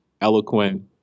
eloquent